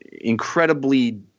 incredibly